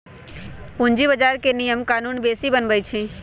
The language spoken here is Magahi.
पूंजी बजार के नियम कानून सेबी बनबई छई